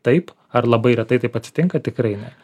taip ar labai retai taip atsitinka tikrai ne